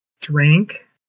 drank